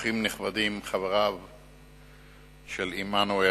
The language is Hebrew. אורחים נכבדים, חבריו של עמנואל,